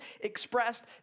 expressed